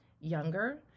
younger